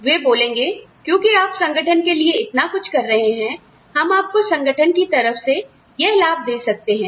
वे बोलेंगे क्योंकि आप संगठन के लिए इतना कुछ कर रहे हैं हम आपको संगठन की तरफ से यह लाभ दे सकते हैं